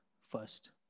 first